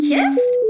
Kissed